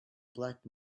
black